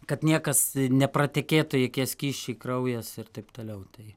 kad niekas nepratekėtų jokie skysčiai kraujas ir taip toliau tai